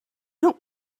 dont